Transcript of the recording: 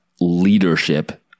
leadership